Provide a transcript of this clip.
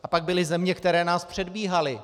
A pak byly země, které nás předbíhaly.